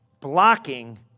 blocking